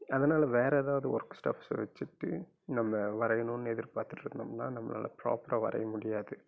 அதனால் வேறே எதாவது ஒர்க் ஸ்டஃப்ஸ் வச்சிட்டு நம்ம வரையணுன்னு எதிர்பார்த்துட்ருந்தம்னா நம்மளால் ப்ராப்பராக வரைய முடியாது